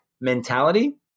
mentality